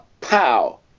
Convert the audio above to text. Pow